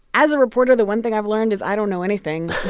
as a reporter, the one thing i've learned is i don't know anything.